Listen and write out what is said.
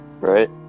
right